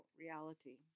reality